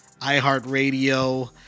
iHeartRadio